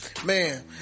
Man